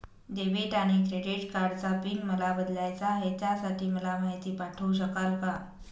Debit आणि credit कार्डचा PIN मला बदलायचा आहे, त्यासाठी मला माहिती पाठवू शकाल का?